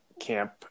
camp